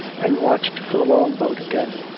and watched for the long-boat again.